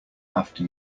after